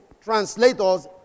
translators